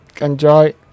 enjoy